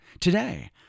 today